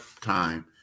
time